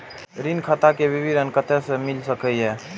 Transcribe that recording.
ऋण खाता के विवरण कते से मिल सकै ये?